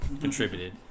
contributed